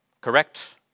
Correct